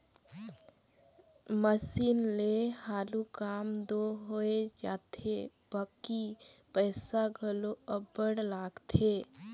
machine ले हालु काम दो होए जाथे बकि पइसा घलो अब्बड़ लागथे